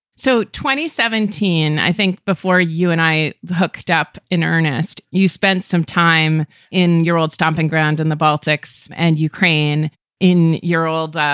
so twenty, seventeen, i think, before you and i hooked up in earnest. you spent some time in your old stomping ground in the baltics and ukraine in your old dad,